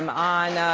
um on